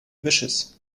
vicious